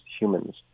humans